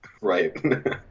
Right